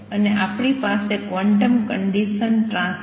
અને આપણી પાસે ક્વોન્ટમ કંડિસન ટ્રાન્સફર છે